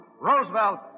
Roosevelt